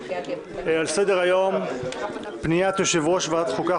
על סדר היום פניית יושב-ראש ועדת החוקה,